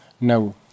No